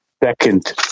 Second